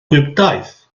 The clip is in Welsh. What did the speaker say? gwibdaith